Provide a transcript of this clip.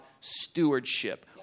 stewardship